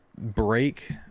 break